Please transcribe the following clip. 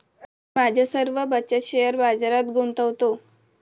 मी माझी सर्व बचत शेअर बाजारात गुंतवतो